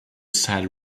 sad